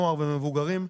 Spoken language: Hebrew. נוער ומבוגרים,